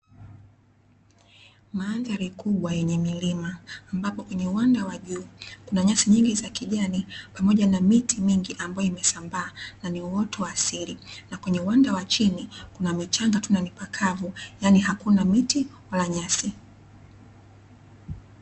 Mandhari kubwa yenye milima, ambapo kwenye uwanda wa juu kuna nyasi nyingi za kijani, pamoja na miti mingi ambayo imesambaa, na ni uoto wa asili, na kwenye uwanda wa chini kuna mchanga tu na ni pakavu, yaani hakuna miti, wala nyasi.